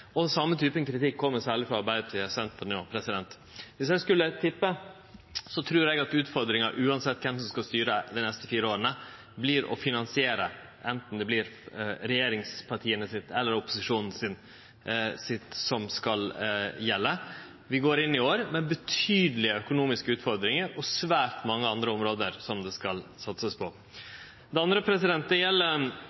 den same typen kritikk kjem særleg frå Arbeidarpartiet og Senterpartiet. Dersom eg skulle tippe, trur eg at utfordringa, uansett kven som skal styre dei neste fire åra, vert å finansiere, anten det vert regjeringspartia eller opposisjonen sine opplegg som skal gjelde. Vi går inn i år med betydelege økonomiske utfordringar og svært mange andre område som det skal satsast på.